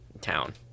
town